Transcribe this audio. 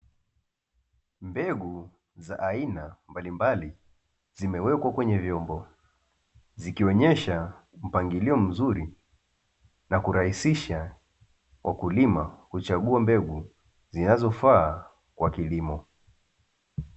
Mbegu za aina mbalimbali zimewekwa kwenye vyombo, zikionesha mpangilio mzuri na kurahisisha wakulima kuchagua mbegu zinazofaa kwa kilimo.